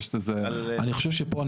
אני חושב שפה,